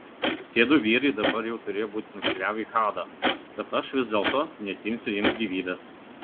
tiedu vyrai dabar jau turėjo būti nukeliavę į hadą bet aš vis dėlto neatimsiu jiems gyvybės